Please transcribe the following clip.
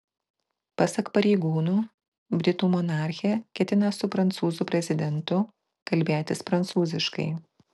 pasak pareigūnų britų monarchė ketina su prancūzų prezidentu kalbėtis prancūziškai